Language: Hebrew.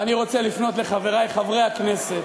ואני רוצה לפנות לחברי חברי הכנסת,